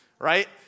Right